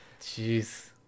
Jeez